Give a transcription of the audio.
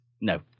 no